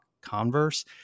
Converse